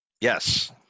Yes